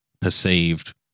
perceived